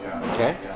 okay